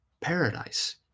paradise